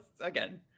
again